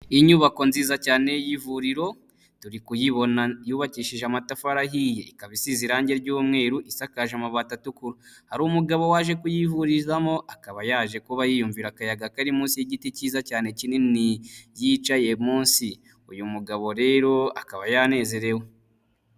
Iyi nyubako nziza cyane y'ivuriro, turi kuyibona yubakishije amatafari ahiye, ikaba isize irangi ry'umweru, isakaje amabati atukura, hari umugabo waje kuyivurizamo, akaba yaje kuba yiyumvira akayaga kari munsi y'igiti cyiza cyane kinini yicaye munsi, uyu mugabo rero akaba yanezerewe.